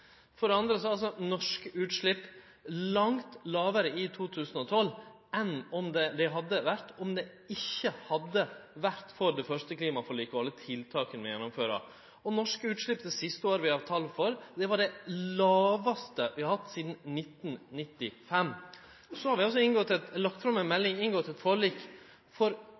For det andre er norske utslepp langt lågare i 2012 enn det dei hadde vore om det ikkje hadde vore for det første klimaforliket og alle tiltaka vi gjennomfører. Norske utslepp var det siste året vi har tal for, det lågaste vi har hatt sidan 1995. Så har vi altså lagt fram ei melding og inngått eit forlik for